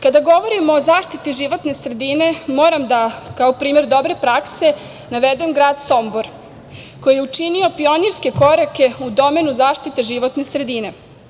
Kada govorimo o zaštiti životne sredine moram da kao primer dobre prakse navedem grad Sombor koji je učinio pionirske korake u domenu zaštite životne sredine.